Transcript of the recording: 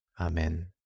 Amen